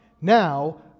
Now